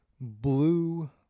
blue